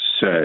say